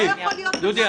כי לא יכול להיות דבר כזה.